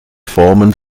formen